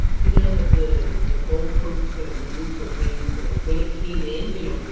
you know that the the goalpost is going to move for when you know when it came in. you know,